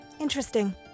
Interesting